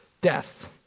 death